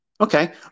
Okay